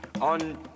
On